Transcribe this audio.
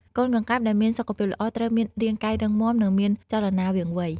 កូនកង្កែបដែលមានសុខភាពល្អត្រូវមានរាងកាយរឹងមាំ និងមានចលនាវាងវៃ។